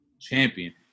champion